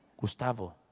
Gustavo